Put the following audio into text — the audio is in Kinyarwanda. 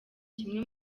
kimwe